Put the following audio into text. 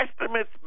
estimates